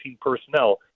personnel